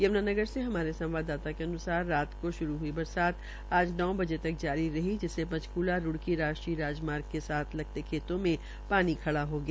यमूनानगर से हमारे संवाददाता के अनुसार रात को शुरू हई बरसात आज नौ बजे तक जारी रही जिससे पंचकूला रूड़की राष्ट्रीय राजमार्ग के साथ लगते खेतों में पानी खड़ा हो गया